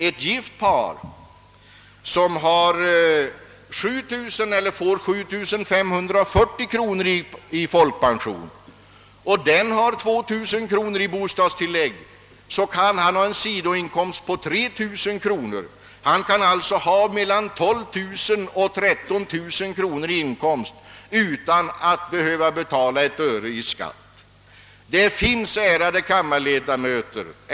Ett gift par, som får 7 540 kronor i folkpension och har 2 000 kronor i bostadstillägg, kan ha en sidoinkomst på 3 000 kronor — alltså mellan 12 000 och 13 000 kronor i sammanlagd inkomst — utan att behöva betala ett öre i skatt. Ärade kammarledamöter!